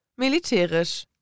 militärisch